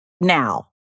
now